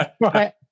Right